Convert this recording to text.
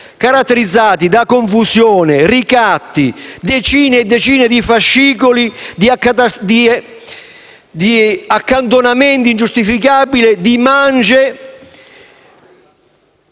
caratterizzati da confusione, ricatti, decine di fascicoli di accantonamenti ingiustificabili e di mance